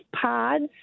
pods